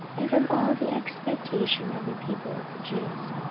and from all the expectation of the people of the jews.